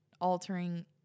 altering